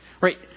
Right